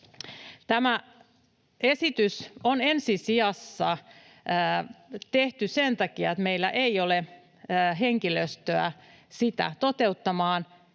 Tämä esitys on ensi sijassa tehty sen takia, että meillä ei ole henkilöstöä sitä toteuttamaan